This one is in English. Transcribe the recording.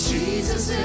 Jesus